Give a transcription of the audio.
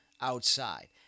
outside